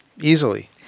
easily